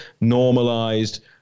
normalized